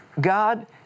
God